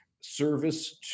service